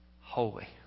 Holy